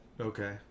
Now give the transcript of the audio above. Okay